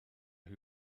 who